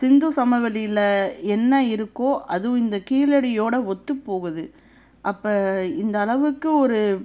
சிந்து சமவெளியில் என்ன இருக்கோ அதுவும் இந்த கீழடியோட ஒத்துப்போகுது அப்போ இந்த அளவுக்கு ஒரு